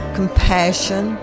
compassion